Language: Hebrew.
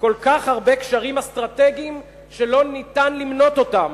וכל כך הרבה קשרים אסטרטגיים שלא ניתן למנות אותם.